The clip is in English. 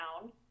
down